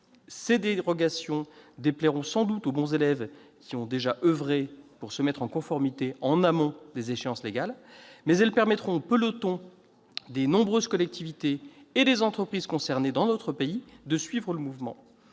Ces dérogations déplairont sans doute aux bons élèves qui ont déjà oeuvré pour se mettre en conformité avec leurs obligations en amont des échéances légales. Mais elles permettront au peloton des nombreuses collectivités et des entreprises concernées dans notre pays de suivre le mouvement.